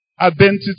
Identity